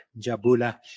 Jabula